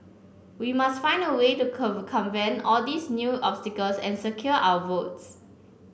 we must find a way to circumvent all these new obstacles and secure our votes